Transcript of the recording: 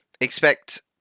expect